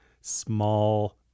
small